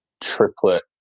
triplet